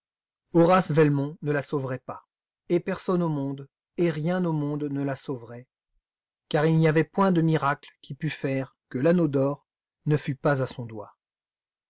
horace velmont ne la sauverait pas et personne au monde et rien au monde ne la sauverait car il n'y avait point de miracle qui pût faire que l'anneau d'or ne fût pas à son doigt